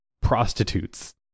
prostitutes